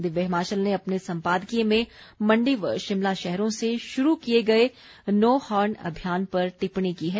दिव्य हिमाचल अपने सम्पादकीय में मंडी व शिमला शहरों से शुरू किये गए नो हॉर्न अभियान पर टिप्पणी की है